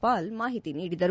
ಪಾಲ್ ಮಾಹಿತಿ ನೀಡಿದರು